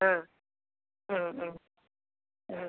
ആ ഉം ഉം ഉം